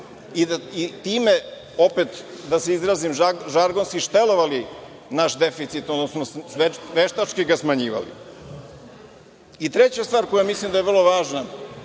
i time opet, da se izrazim žargonski, štelovali naš deficit, odnosno veštački ga smanjivali. Treća stvar koja mislim da je vrlo važna,